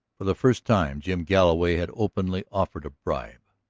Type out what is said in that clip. for the first time jim galloway had openly offered a bribe,